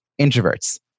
introverts